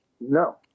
No